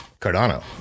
Cardano